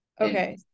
Okay